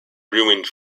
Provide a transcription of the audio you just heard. ruined